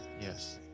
yes